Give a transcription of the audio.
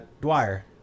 Dwyer